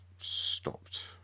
stopped